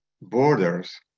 borders